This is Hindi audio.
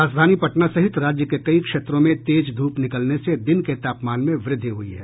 राजधानी पटना सहित राज्य के कई क्षेत्रों में तेज धूप निकलने से दिन के तापमान में व्रद्धि हुई है